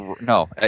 No